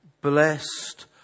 blessed